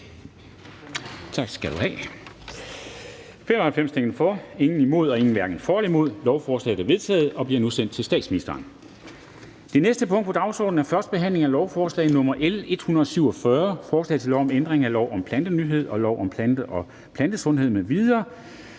Det skal de have